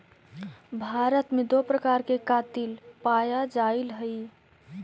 भारत में दो प्रकार कातिल पाया जाईल हई